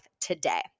today